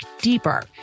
deeper